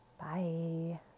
Bye